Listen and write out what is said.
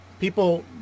people